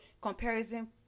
comparison